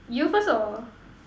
you first or